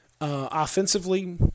offensively